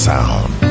Sound